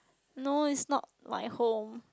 no is not my home